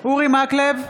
אורי מקלב,